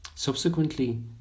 Subsequently